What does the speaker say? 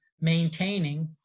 maintaining